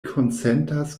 konsentas